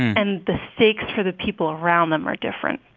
and the stakes for the people around them are different.